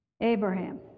Abraham